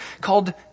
called